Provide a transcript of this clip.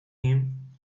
him